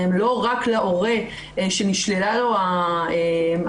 לא רק להורה שנשללה ממנו האפוטרופסות.